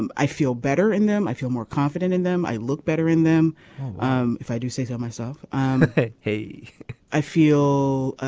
and i feel better in them. i feel more confident in them i look better in them um if i do say so myself hey i feel